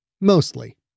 Mostly